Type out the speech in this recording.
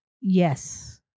Yes